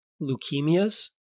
Leukemias